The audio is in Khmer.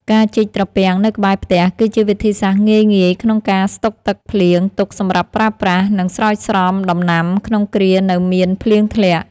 ការជីកត្រពាំងនៅក្បែរផ្ទះ គឺជាវិធីសាស្ត្រងាយៗក្នុងការស្តុកទឹកភ្លៀងទុកសម្រាប់ប្រើប្រាស់ និងស្រោចស្រពដំណាំក្នុងគ្រានៅមានភ្លៀងធ្លាក់។